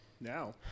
Now